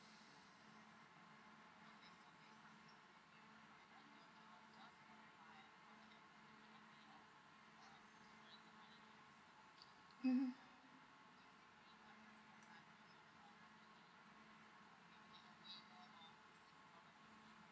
(uh huh)